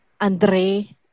Andre